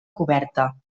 coberta